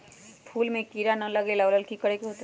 फूल में किरा ना लगे ओ लेल कि करे के होतई?